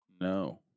No